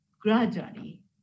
gradually